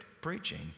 preaching